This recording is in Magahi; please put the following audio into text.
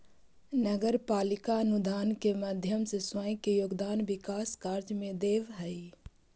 नगर पालिका अनुदान के माध्यम से स्वयं के योगदान विकास कार्य में देवऽ हई